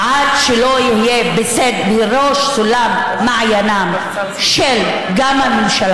עד שזה לא יהיה בראש מעייניהם של הממשלה